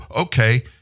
okay